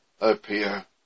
appear